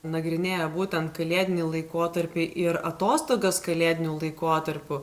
nagrinėja būtent kalėdinį laikotarpį ir atostogas kalėdiniu laikotarpiu